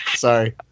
Sorry